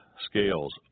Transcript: scales